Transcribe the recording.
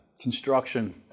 construction